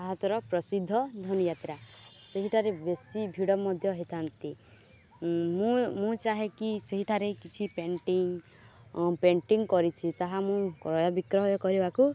ଭାରତର ପ୍ରସିଦ୍ଧ ଧନୁଯାତ୍ରା ସେହିଠାରେ ବେଶୀ ଭିଡ଼ ମଧ୍ୟ ହେଇଥାନ୍ତି ମୁଁ ମୁଁ ଚାହେଁକି ସେହିଠାରେ କିଛି ପେଣ୍ଟିଂ ପେଣ୍ଟିଂ କରିଛି ତାହା ମୁଁ କ୍ରୟ ବିକ୍ରୟ କରିବାକୁ